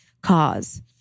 cause